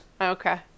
Okay